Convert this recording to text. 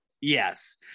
yes